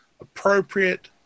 appropriate